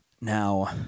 Now